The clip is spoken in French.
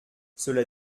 cela